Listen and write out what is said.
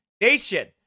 nation